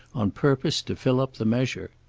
on purpose to fill up the measure.